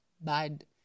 bad